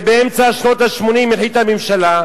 ובאמצע שנות ה-80 החליטה הממשלה,